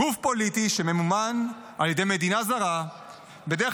גוף פוליטי שממומן על ידי מדינה זרה בדרך